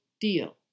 deal